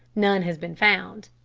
none has been found.